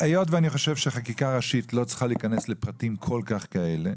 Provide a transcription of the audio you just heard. היות שאני חושב שחקיקה ראשית לא צריכה להיכנס לפרטים כל כך כאלה,